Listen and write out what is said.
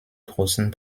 großen